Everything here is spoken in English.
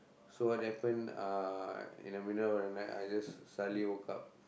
so what happen uh in the middle of the night I just suddenly woke up